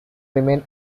remain